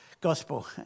Gospel